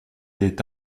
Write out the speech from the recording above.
est